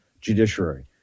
judiciary